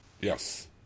Yes